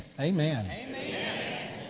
Amen